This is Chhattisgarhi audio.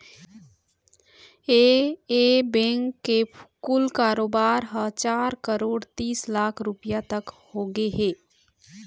ए बेंक के कुल कारोबार ह चार करोड़ तीस लाख रूपिया तक होगे हे